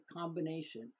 combination